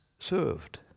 served